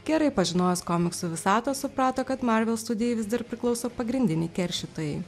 gerai pažinojęs komiksų visatą suprato kad marvel studijai vis dar priklauso pagrindiniai keršytojai